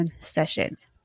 sessions